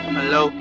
Hello